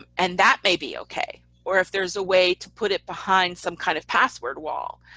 um and that may be okay. or if there's a way to put it behind some kind of password wall,